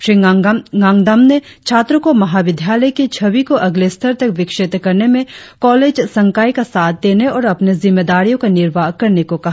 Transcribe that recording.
श्री डाग्डम ने छात्रो को महाविद्यालय की छवि को अगले स्तर तक विकसित करने में काँलेज संकाय का साथ देने और अपने जिम्मेदारियो का निर्वाह करने को कहा